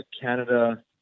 Canada